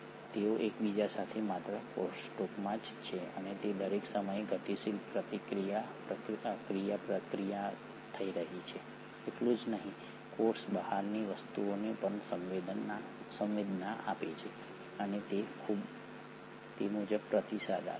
તેઓ એકબીજા સાથે માત્ર ક્રોસટોકમાં જ છે અને દરેક સમયે ગતિશીલ ક્રિયાપ્રતિક્રિયા થઈ રહી છે એટલું જ નહીં કોષ બહારની વસ્તુઓને પણ સંવેદના આપે છે અને તે મુજબ પ્રતિસાદ આપે છે